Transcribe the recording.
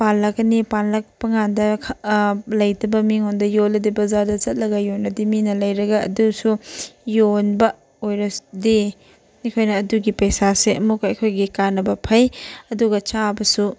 ꯄꯥꯜꯂꯛꯀꯅꯤ ꯄꯥꯜꯂꯛꯄꯀꯥꯟꯗ ꯂꯩꯇꯕ ꯃꯤꯉꯣꯟꯗ ꯌꯣꯜꯂꯗꯤ ꯕꯖꯥꯔꯗ ꯆꯠꯂꯒ ꯌꯣꯜꯂꯗꯤ ꯃꯤꯅ ꯂꯩꯔꯒ ꯑꯗꯨꯁꯨ ꯌꯣꯟꯕ ꯑꯣꯏꯔꯗꯤ ꯑꯩꯈꯣꯏꯅ ꯑꯗꯨꯒꯤ ꯄꯩꯁꯥꯁꯦ ꯑꯃꯨꯛꯀ ꯑꯩꯈꯣꯏꯒꯤ ꯀꯥꯟꯅꯕ ꯐꯩ ꯑꯗꯨꯒ ꯆꯥꯕꯁꯨ